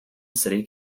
city